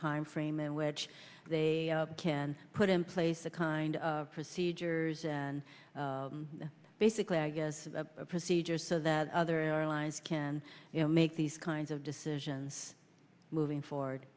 time frame in which they can put in place the kind of procedures and basically i guess the procedures so that other airlines can you know make these kinds of decisions moving forward